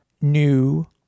new